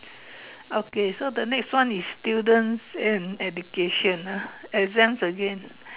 okay so the next one is students and education ah exams again